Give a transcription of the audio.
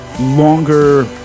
longer